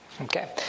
Okay